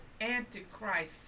Antichrist